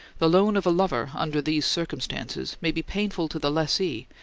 the loan of a lover, under these circumstances, may be painful to the lessee,